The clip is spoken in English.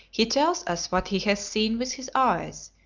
he tells us what he has seen with his eyes,